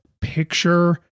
picture